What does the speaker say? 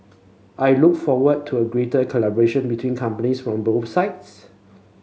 I look forward to greater collaboration between companies from both sides